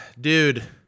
Dude